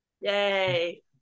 Yay